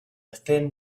thin